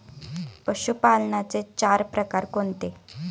पशुपालनाचे चार प्रकार कोणते?